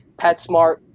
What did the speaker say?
PetSmart